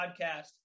podcast